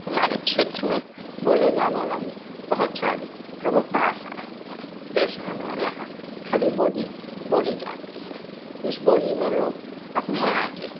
हमारे क्षेत्र में बोले जाने वाली बहुत सारी प्रमुख भाषाएँ हैं जैसे हमारे यहाँ खड़ी बोली बोली जाती है इस बोली में लोग अपने यहाँ के